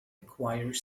acquire